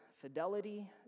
fidelity